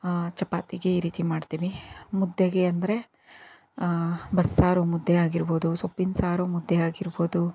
ಚಪಾತಿಗೆ ಈ ರೀತಿ ಮಾಡ್ತೀವಿ ಮುದ್ದೆಗೆ ಅಂದರೆ ಬಸ್ಸಾರು ಮುದ್ದೆ ಆಗಿರ್ಬೋದು ಸೊಪ್ಪಿನ ಸಾರು ಮುದ್ದೆ ಆಗಿರ್ಬೋದು